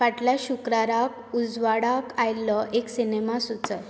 फाटल्या शुक्राराक उजवाडाक आयिल्लो एक सिनेमा सुचय